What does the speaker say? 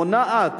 מונעת,